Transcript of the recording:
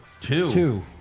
two